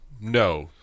no